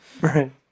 Right